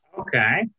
Okay